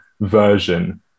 version